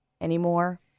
anymore